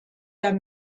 der